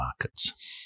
markets